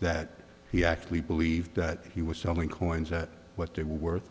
that he actually believed that he was selling coins at what they were worth